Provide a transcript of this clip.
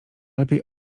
lepiej